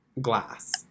glass